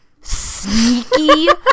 sneaky